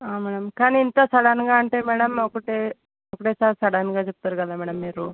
madam కానీ ఇంత సడన్గా అంటే మ్యాడమ్ ఒకటి ఒకటే సారీ సడన్గా చెప్తారు కదా మ్యాడమ్ మీరు